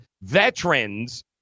veterans